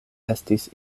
estis